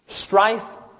strife